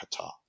Qatar